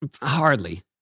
Hardly